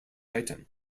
item